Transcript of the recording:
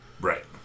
Right